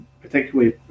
particularly